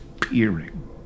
peering